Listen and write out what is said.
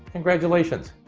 congratulations!